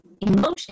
emotion